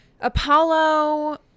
Apollo